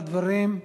תודה על הדברים.